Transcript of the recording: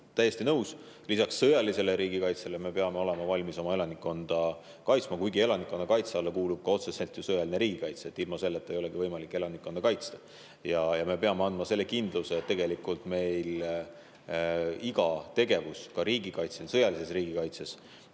Täiesti nõus, et lisaks sõjalisele riigikaitsele me peame olema valmis oma elanikkonda kaitsma, kuigi elanikkonnakaitse alla kuulub otseselt ka sõjaline riigikaitse, ilma selleta ei olegi võimalik elanikkonda kaitsta. Me peame andma kindluse, et iga tegevus sõjalises riigikaitses